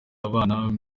abana